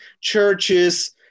churches